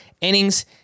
innings